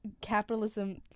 capitalism